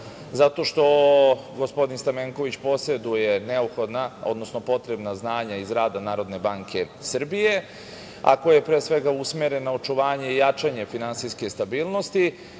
zato što gospodin Stamenković poseduje neophodna, odnosno potrebna znanja iz rada NBS, a koje je pre svega usmereno na očuvanje i jačanje finansijske stabilnosti